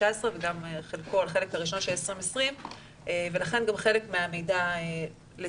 וגם על החלק הראשון של 2020 ולכן גם חלק מהמידע לצערנו